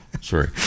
sorry